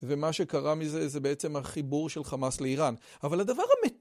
ומה שקרה מזה זה בעצם החיבור של חמאס לאיראן, אבל הדבר המ...